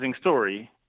story